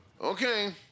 Okay